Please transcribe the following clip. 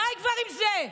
די כבר עם זה.